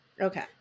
Okay